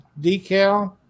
decal